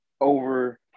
over